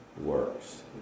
works